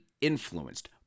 influenced